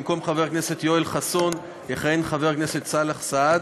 במקום חבר הכנסת יואל חסון יכהן חבר הכנסת סאלח סעד.